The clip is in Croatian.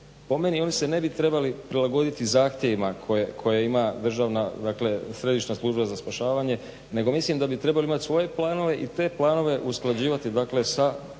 Po meni oni se ne bi trebali prilagoditi zahtjevima koje ima državna, dakle središnja služba za spašavanje nego mislim da bi trebali imati svoje planove i te planove usklađivati dakle sa